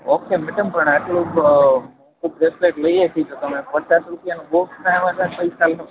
okay madam પણ એટલું મોઘું બ્રેસલેટ ભ્રેસ્લેટ લઈએ છે તો તમે પચાસ રૂપિયાનું બોક્સના વધારે પૈસા લો